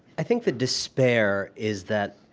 i think the despair is that